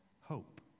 hope